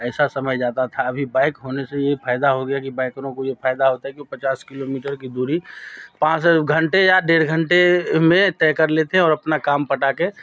ऐसा समय जाता था अभी बाइक होने से ये फ़ायदा हो गया है कि बाइकरों को ये फ़ायदा होता है कि वो पचास किलोमीटर की दूरी पाँच घंटे या डेढ़ घंटे में तय कर लेते हैं और अपना काम पटा के